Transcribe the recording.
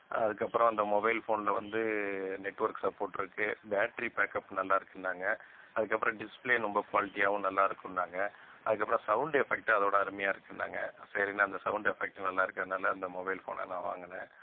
அதுக்கப்புறம் அந்த மொபைல் ஃபோனில் வந்து நெட்ஒர்க் சப்போட் இருக்குது பேட்ரி பேக்கப் நல்லா இருக்குன்னாங்க அதுக்கப்புறம் டிஸ்பிளே ரொம்ப குவாலிட்டியாகவும் நல்லா இருக்குன்னாங்க அதுக்கப்புறம் சவுண்டு எஃபெக்ட்டு அதை விட அருமையாக இருக்குன்னாங்க சரினு அந்த சவுண்டு எஃபெக்ட்டு நல்லா இருக்கிறனால அந்த மொபைல் ஃபோனை நான் வாங்கினேன்